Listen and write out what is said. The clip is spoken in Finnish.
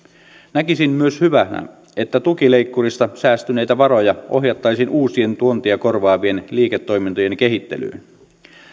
näkisin myös hyvänä että tukileikkurista säästyneitä varoja ohjattaisiin uusien tuontia korvaavien liiketoimintojen kehittelyyn